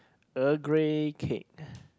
Earl Grey cake